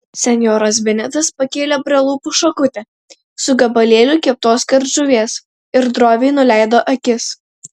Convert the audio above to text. senjoras benitas pakėlė prie lūpų šakutę su gabalėliu keptos kardžuvės ir droviai nuleido akis